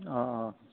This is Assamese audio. অঁ অঁ